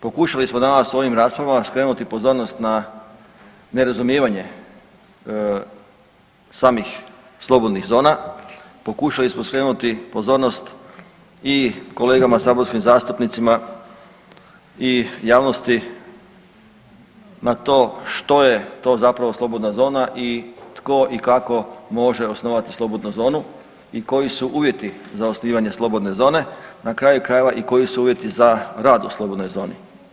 Pokušali smo danas s ovim raspravama skrenuti pozornost na nerazumijevanje samih slobodnih zona, pokušali smo skrenuti pozornost i kolegama saborskim zastupnicima i javnosti, na to što je to zapravo slobodna zona i tko i kako može osnovati slobodnu zonu i koji su uvjeti za osnivanje slobodne zone, na kraju krajeva i koji su uvjeti za rad u slobodnoj zoni.